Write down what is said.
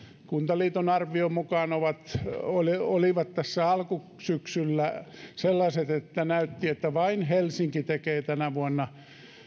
kuntaliiton arvion mukaan olivat tässä alkusyksyllä sellaiset että näytti että vain helsinki tekee tänä vuonna